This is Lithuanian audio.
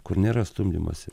kur nėra stumdymosi